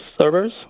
servers